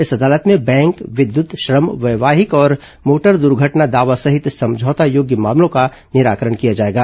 इस अदालत में बैंक विद्युत श्रम वैवाहिक और मोटर दुर्घटना दावा सहित समझौता योग्य मामलों का निराकरण किया जाएगा